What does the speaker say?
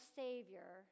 savior